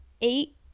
eight